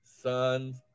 sons